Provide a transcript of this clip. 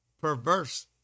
perverse